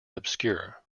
obscure